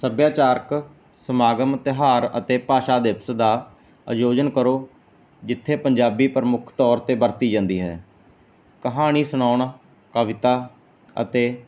ਸੱਭਿਆਚਾਰਕ ਸਮਾਗਮ ਤਿਉਹਾਰ ਅਤੇ ਭਾਸ਼ਾ ਦਿਵਸ ਦਾ ਆਯੋਜਨ ਕਰੋ ਜਿੱਥੇ ਪੰਜਾਬੀ ਪ੍ਰਮੁੱਖ ਤੌਰ ਤੇ ਵਰਤੀ ਜਾਂਦੀ ਹੈ ਕਹਾਣੀ ਸੁਣਾਉਣ ਕਵਿਤਾ ਅਤੇ